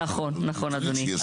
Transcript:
נכון, נכון אדוני.